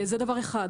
זה דבר אחד.